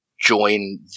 join